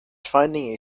finding